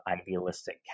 idealistic